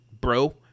Bro